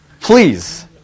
Please